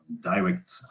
direct